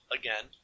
again